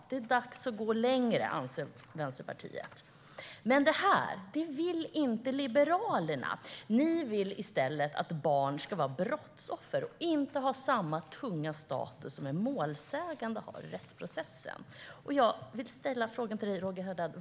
Vänsterpartiet anser att det är dags att gå längre. Men det vill inte Liberalerna. Ni vill i stället att barn ska vara brottsoffer och inte ha samma tunga status som en målsägande i rättsprocessen.